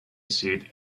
seat